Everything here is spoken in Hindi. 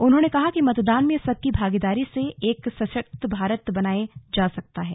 उन्होंने कहा कि मतदान में सबकी भागीदारी से एक सशक्त सरकार बनायी जा सकती है